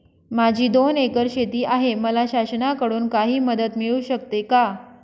माझी दोन एकर शेती आहे, मला शासनाकडून काही मदत मिळू शकते का?